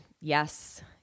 Yes